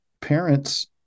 Parents